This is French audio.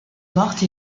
morte